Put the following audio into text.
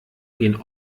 gehen